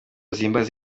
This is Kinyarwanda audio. zihimbaza